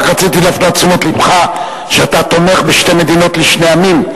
רק רציתי להפנות את תשומת לבך שאתה תומך בשתי מדינות לשני עמים.